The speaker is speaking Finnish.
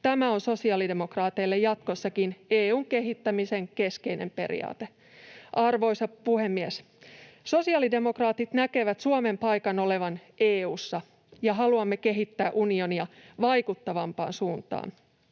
Tämä on sosialidemokraateille jatkossakin EU:n kehittämisen keskeinen periaate. Arvoisa puhemies! Sosiaalidemokraatit näkevät Suomen paikan olevan EU:ssa, ja haluamme kehittää unionia vaikuttavampaan suuntaan.